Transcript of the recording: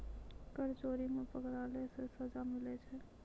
कर चोरी मे पकड़ैला से सजा मिलै छै